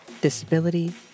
disability